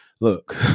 look